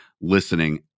listening